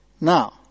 Now